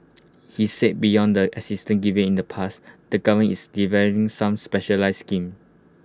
he said beyond the assistance given in the past the govern is developing some specialised schemes